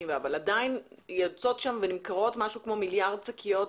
אבל עדיין נמכרות שם כמיליארד שקיות,